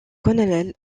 colonel